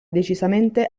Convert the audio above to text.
decisamente